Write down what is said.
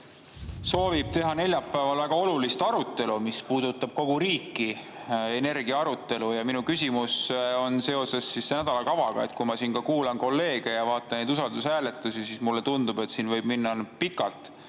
soovib teha neljapäeval väga olulist arutelu, mis puudutab kogu riiki: energia arutelu. Minu küsimus on seoses nädalakavaga. Kui ma siin kuulan kolleege ja vaatan neid usaldushääletusi, siis mulle tundub, et siin võib minna pikalt.